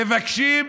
מבקשים,